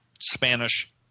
Spanish